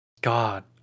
God